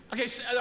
Okay